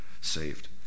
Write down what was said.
saved